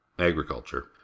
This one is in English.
agriculture